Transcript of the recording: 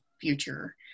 future